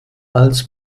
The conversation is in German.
als